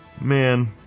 man